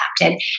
adapted